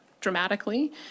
dramatically